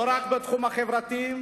לא רק בתחום החברתי.